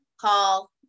call